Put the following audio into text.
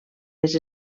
les